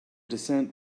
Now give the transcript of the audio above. descent